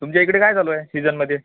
तुमच्या इकडे काय चालू आहे सिजनमध्ये